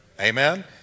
Amen